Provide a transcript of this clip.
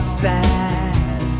sad